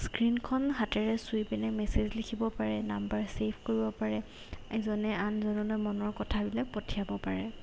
স্ক্ৰীণখন হাতেৰে চুই পিনে মেছেজ লিখিব পাৰে নাম্বাৰ ছেভ কৰিব পাৰে এজনে আনজনলৈ মনৰ কথাবিলাক পঠিয়াব পাৰে